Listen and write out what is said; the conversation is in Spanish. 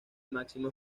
máximo